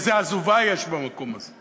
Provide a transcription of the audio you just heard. איזו עזובה יש במקום הזה.